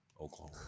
Oklahoma